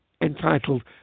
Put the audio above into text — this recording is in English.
entitled